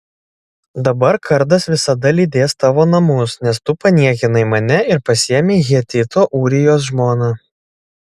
dabar kardas visada lydės tavo namus nes tu paniekinai mane ir pasiėmei hetito ūrijos žmoną